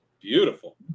Beautiful